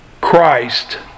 Christ